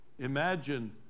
Imagine